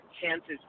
chances